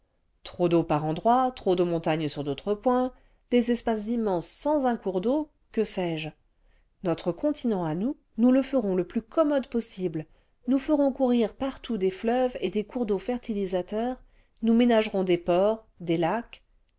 trop d'eau'par endroits trop de montagnes sur d'autres pioints des espaces immenses sans un cours'd'eâu que sais-je notre continent à nous nous le ferons le plus commode possible nous feron's courir partout des fleuves et dés cours d'eâu fertilisatéurs nous ménagerons des ports des lacs